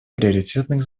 приоритетных